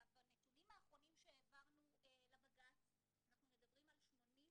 בנתונים האחרונים שהעברנו לבג"צ אנחנו מדברים על 88